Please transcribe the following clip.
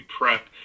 Prep